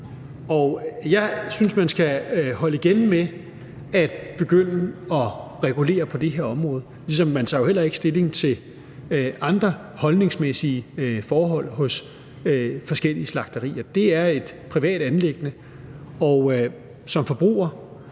jeg synes, man skal holde igen med at begynde at regulere på det her område, ligesom man jo heller ikke tager stilling til andre holdningsmæssige forhold hos forskellige slagterier. Det er et privat anliggende, og som forbruger